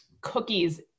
cookies